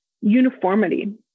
uniformity